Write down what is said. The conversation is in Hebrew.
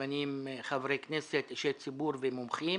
חברי כנסת, אישי ציבור, מומחים